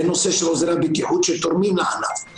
בנושא של עוזרי הבטיחות שתורמים לענף,